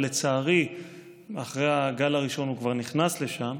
ולצערי אחרי הגל הראשון הוא כבר נכנס לשם,